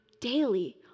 daily